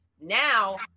Now